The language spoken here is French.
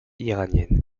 iranienne